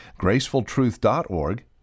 gracefultruth.org